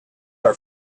are